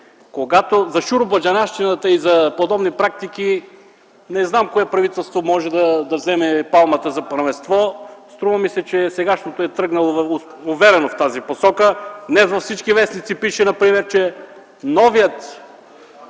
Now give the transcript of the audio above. че за шуробаджанащината и за подобни практики не знам кое правителство може да вземе палмата за първенство. Струва ми се, че сегашното е тръгнало уверено в тази посока. Днес във всички вестници пише например, че новия